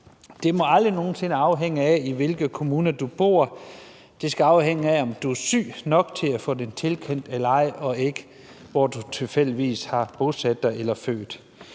Det må aldrig nogen sinde afhængige af, i hvilken kommune du bor. Det skal afhænge af, om du er syg nok til at få den tilkendt eller ej, og ikke af, hvor du tilfældigvis har bosat dig eller er født.